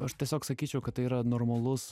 aš tiesiog sakyčiau kad tai yra normalus